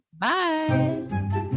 Bye